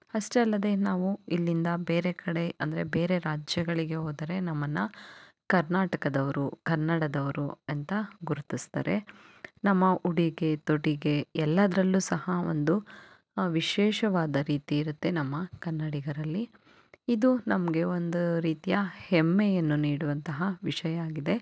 ಅಷ್ಟೇ ಅಲ್ಲದೇ ನಾವು ಇಲ್ಲಿಂದ ಬೇರೆ ಕಡೆ ಅಂದರೆ ಬೇರೆ ರಾಜ್ಯಗಳಿಗೆ ಹೋದರೆ ನಮ್ಮನ್ನು ಕರ್ನಾಟಕದವರು ಕನ್ನಡದವರು ಅಂತ ಗುರುತಿಸ್ತಾರೆ ನಮ್ಮ ಉಡುಗೆ ತೊಡುಗೆ ಎಲ್ಲದ್ರಲ್ಲೂ ಸಹ ಒಂದು ವಿಶೇಷವಾದ ರೀತಿ ಇರುತ್ತೆ ನಮ್ಮ ಕನ್ನಡಿಗರಲ್ಲಿ ಇದು ನಮಗೆ ಒಂದು ರೀತಿಯ ಹೆಮ್ಮೆಯನ್ನು ನೀಡುವಂತಹ ವಿಷಯ ಆಗಿದೆ